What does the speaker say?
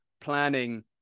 planning